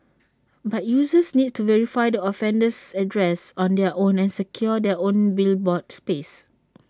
but users need to verify the offender's address on their own and secure their own billboard space